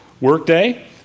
workday